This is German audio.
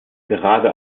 gerade